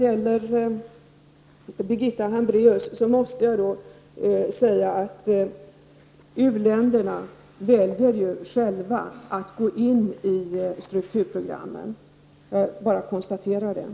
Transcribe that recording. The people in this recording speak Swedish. Till Birgitta Hambraeus vill jag säga att u-länderna ju själva väljer att gå in i strukturprogrammen. Jag bara konstaterar detta.